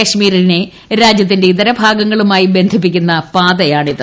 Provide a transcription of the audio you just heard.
കാശ്മീരിനെ രാജ്യത്തിന്റെ ഇതരഭാഗങ്ങളുമായി ബന്ധിപ്പിക്കുന്ന പാതയാണിത്